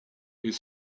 est